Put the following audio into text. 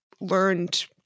learned